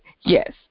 yes